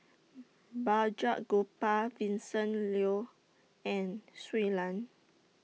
Balraj Gopal Vincent Leow and Shui Lan